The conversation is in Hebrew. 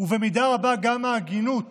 ובמידה רבה גם ההגינות